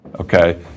Okay